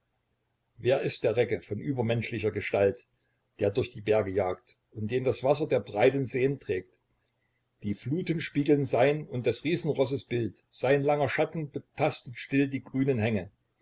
wer ist der recke von übermenschlicher gestalt der durch die berge jagt und den das wasser der breiten seen trägt die fluten spiegeln sein und des riesenrosses bild sein langer schatten betastet still die grünen hänge